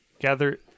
gather